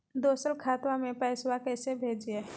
दोसर खतबा में पैसबा कैसे भेजिए?